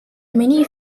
many